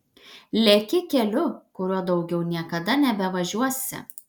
leki keliu kuriuo daugiau niekada nebevažiuosi